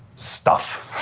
stuff,